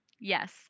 Yes